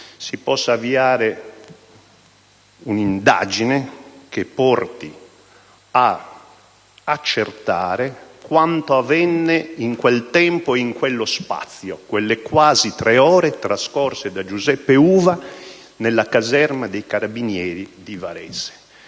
si possa avviare un'indagine che porti ad accertare quanto avvenne in quel tempo e in quello spazio (le quasi tre ore trascorse da Giuseppe Uva nella caserma dei carabinieri di Varese),